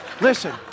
Listen